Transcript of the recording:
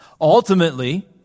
Ultimately